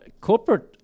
corporate